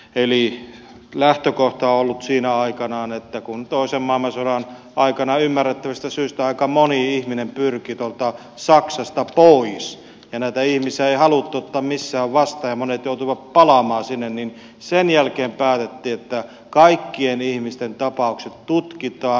eli lähtökohta on ollut aikanaan siinä että kun toisen maailmansodan aikana ymmärrettävistä syistä aika moni ihminen pyrki tuolta saksasta pois ja näitä ihmisiä ei haluttu ottaa missään vastaan ja monet joutuivat palaamaan sinne niin sen jälkeen päätettiin että kaikkien ihmisten tapaukset tutkitaan